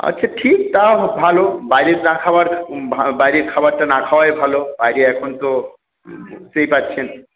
আচ্ছা ঠিক তা ভালো বাইরে না খাওয়ার বাইরে খাওয়ারটা না খাওয়াই ভালো বাইরে এখন তো বুঝতেই পারছেন